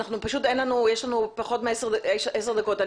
יש לנו פחות מעשר דקות,